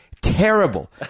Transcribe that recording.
terrible